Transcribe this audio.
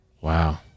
Wow